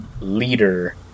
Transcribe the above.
leader